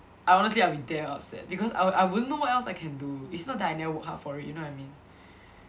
I honestly I will be damn upset because I I wouldn't know what else I can do it's not that I never work hard for it you know what I mean